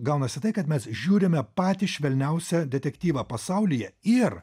gaunasi tai kad mes žiūrime patį švelniausią detektyvą pasaulyje ir